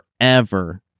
forever